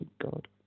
God